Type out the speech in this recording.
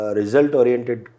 result-oriented